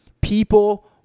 People